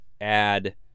add